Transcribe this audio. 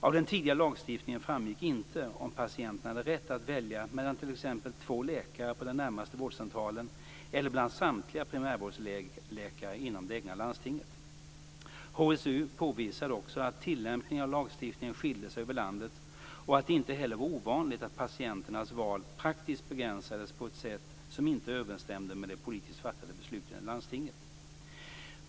Av den tidigare lagstiftningen framgick inte om patienten hade rätt att välja mellan t.ex. två läkare på den närmaste vårdcentralen eller bland samtliga primärvårdsläkare inom det egna landstinget. HSU påvisade också att tillämpningen av lagstiftningen skilde sig över landet och att det inte heller var ovanligt att patienternas val praktiskt begränsades på ett sätt som inte överensstämde med de politiskt fattade besluten i landstinget.